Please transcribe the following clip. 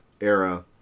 era